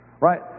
Right